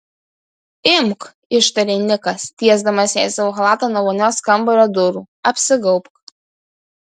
imk ištarė nikas tiesdamas jai savo chalatą nuo vonios kambario durų apsigaubk